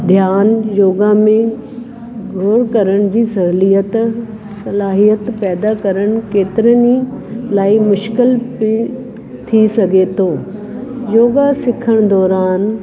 ध्यान योगा में गुण करण जी सहूलियत सलाहियत पैदा करणु केतिरनि ई लाइ मुश्किल पिणि थी सघे थो योगा सिखणु दौरान